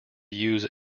use